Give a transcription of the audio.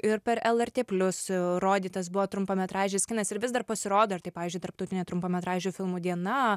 ir per lrt plius rodytas buvo trumpametražis kinas ir vis dar pasirodo ar tai pavyzdžiui tarptautinė trumpametražių filmų diena